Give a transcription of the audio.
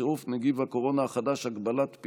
גם בעד, וחבר הכנסת דיכטר